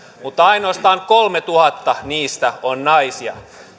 mutta ainoastaan kolmetuhatta heistä on naisia